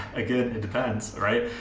again, it depends, right?